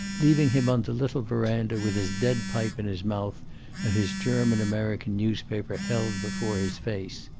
leaving him on the little veranda with his dead pipe in his mouth and his german-american newspaper held before his face.